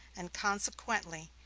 and, consequently,